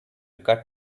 cut